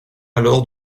alors